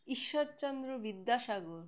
Ishwarchandra Vidyasagar